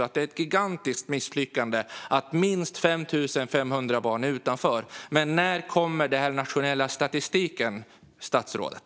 Det är ett gigantiskt misslyckande att minst 5 500 barn är utanför. När kommer den nationella statistiken, statsrådet?